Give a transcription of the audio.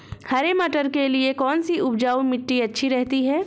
हरे मटर के लिए कौन सी उपजाऊ मिट्टी अच्छी रहती है?